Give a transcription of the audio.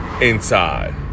inside